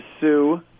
sue